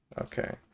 Okay